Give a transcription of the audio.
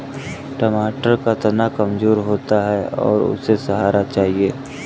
टमाटर का तना कमजोर होता है और उसे सहारा चाहिए